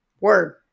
Word